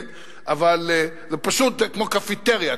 אבל זה פשוט כמו קפיטריה.